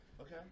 okay